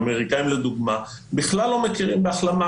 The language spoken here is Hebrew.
האמריקנים, לדוגמה, בכלל לא מכירים בהחלמה.